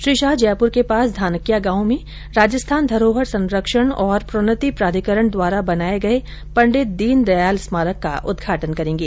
श्री शाह जयपुर के पास धानक्या गांव में राजस्थान धरोहर संरक्षण तथा प्रोन्नति प्राधिकरण द्वारा बनाए गए पंडित दीनदयाल स्मारक का उद्घाटन करेंगे